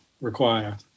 require